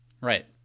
right